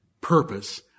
purpose